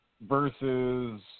versus